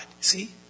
See